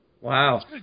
Wow